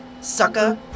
sucker